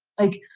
like,